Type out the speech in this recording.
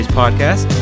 podcast